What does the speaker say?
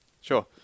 Sure